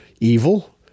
evil